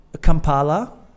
Kampala